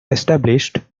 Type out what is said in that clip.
established